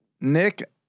Nick